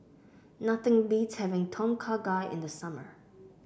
nothing beats having Tom Kha Gai in the summer